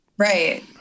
Right